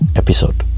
episode